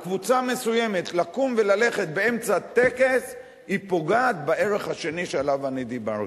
לקבוצה מסוימת לקום וללכת באמצע טקס פוגעת בערך השני שעליו דיברתי.